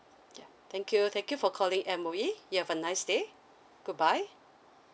ya thank you thank you for calling M_O_E you have a nice day goodbye